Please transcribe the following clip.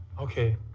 Okay